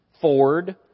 Ford